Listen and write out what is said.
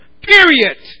Period